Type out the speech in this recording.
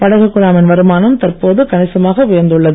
படகு குழாமின் வருமானம் தற்போது கணிசமாக உயர்ந்துள்ளது